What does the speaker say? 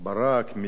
פילוג,